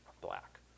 black